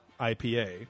IPA